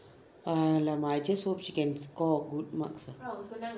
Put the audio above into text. !alamak! I just hope she can score good marks ah